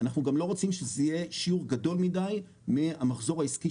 אנחנו גם לא רוצים שזה יהיה שיעור גדול מדי מהמחזור העסקי